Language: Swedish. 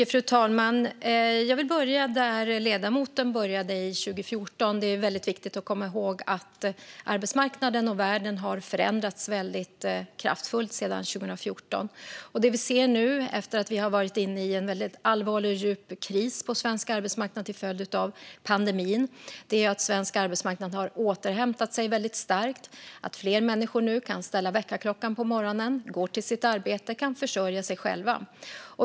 Fru talman! Jag vill börja där ledamoten började, i 2014. Det är väldigt viktigt att komma ihåg att arbetsmarknaden och världen har förändrats väldigt kraftfullt sedan 2014. Det vi nu ser efter att vi har varit inne i en väldigt allvarlig och djup kris på svensk arbetsmarknad till följd av pandemin är att svensk arbetsmarknad har återhämtat sig väldigt starkt. Fler människor kan nu ställa väckarklockan på morgonen, gå till sitt arbete och försörja sig själva.